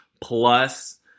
plus